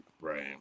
right